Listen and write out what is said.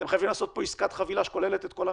אתם חייבים לעשות פה עסקת חבילה שכוללת את כל המשק,